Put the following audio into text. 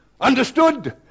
Understood